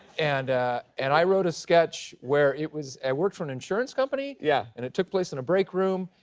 and and i wrote a sketch where it was i worked for an insurance company. yeah and it took place in a break room,